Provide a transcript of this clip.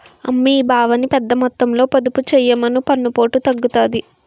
అమ్మీ బావని పెద్దమొత్తంలో పొదుపు చెయ్యమను పన్నుపోటు తగ్గుతాది